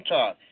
Talk